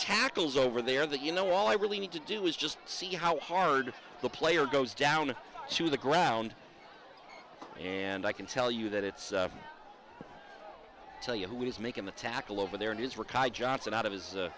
chakales over there that you know all i really need to do is just see how hard the player goes down to the ground and i can tell you that it's tell you who is making the tackle over there in his recovery johnson out of his